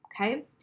Okay